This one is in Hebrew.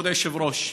כבוד היושב-ראש,